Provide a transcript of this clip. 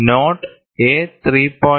not A3